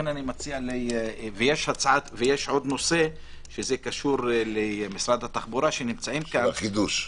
יש עוד נושא שקשור למשרד התחבורה שנמצאים כאן זה החידוש.